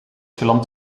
geland